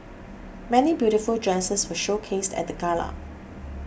many beautiful dresses were showcased at the gala